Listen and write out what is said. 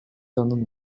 анын